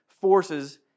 forces